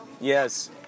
Yes